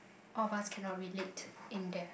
all of us cannot relate in that